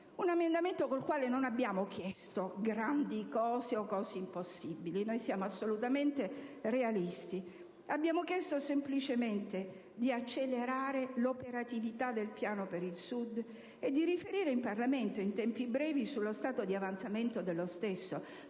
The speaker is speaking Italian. Un emendamento con cui non abbiamo chiesto grandi cose o cose impossibili. Noi siamo assolutamente realisti: abbiamo chiesto, semplicemente, di accelerare l'operatività del Piano per il Sud e di riferire in Parlamento, in tempi brevi, sullo stato di avanzamento dello stesso.